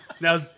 Now